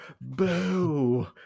Boo